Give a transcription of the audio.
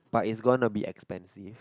but it's gonna be expensive